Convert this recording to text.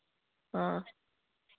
हाँ